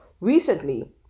Recently